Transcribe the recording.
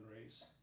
race